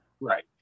Right